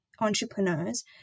entrepreneurs